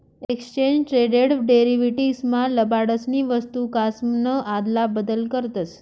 exchange traded derivatives मा लबाडसनी वस्तूकासन आदला बदल करतस